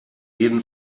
jeden